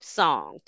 song